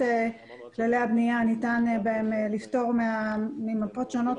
כללי הבנייה ניתן לפטור ממפות שונות,